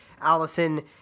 Allison